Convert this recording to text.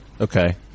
Okay